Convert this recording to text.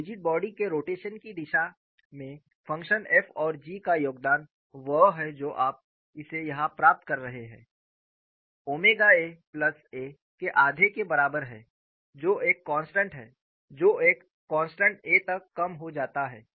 तोरिजिड body के rotation की दिशा में फ़ंक्शन f और g का योगदान वह है जो आप इसे यहां प्राप्त कर रहे हैं ओमेगा A प्लस A के आधे के बराबर है जो एक कॉन्स्टन्ट A तक कम हो जाता है